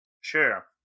Sure